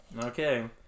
Okay